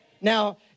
Now